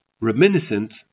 reminiscent